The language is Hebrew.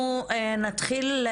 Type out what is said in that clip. אנחנו נתחיל,